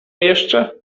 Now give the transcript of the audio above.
jeszcze